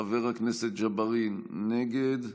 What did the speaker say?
חבר הכנסת ג'בארין, נגד.